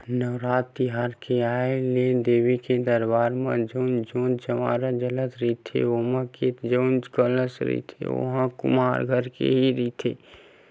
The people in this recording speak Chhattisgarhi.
नवरात तिहार के आय ले देवी के दरबार म जउन जोंत जंवारा जलत रहिथे ओमा के जउन करसा रहिथे ओहा कुम्हार घर के ही रहिथे